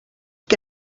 que